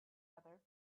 other